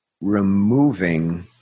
Removing